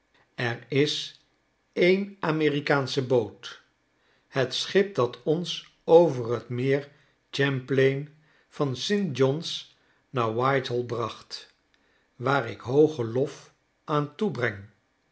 er is n amerikaansche boot het schip dat ons over het meer champlain van st j o h n's naar whitehall bracht waar ik hoogen lof aan toebreng